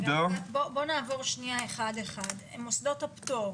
בוא נעבור שנייה אחד אחד, מוסדות הפטור.